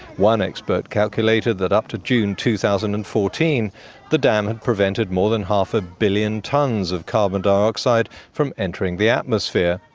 one expert calculated that up to june two thousand and fourteen the dam had prevented more than half a billion tonnes of carbon dioxide from entering the atmosphere.